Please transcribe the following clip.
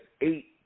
eight